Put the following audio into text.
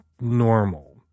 normal